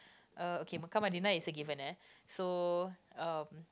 uh okay Mecca Madina is a given eh so um